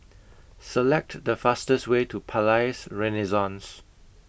Select The fastest Way to Palais Renaissance